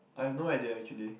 I have no idea actually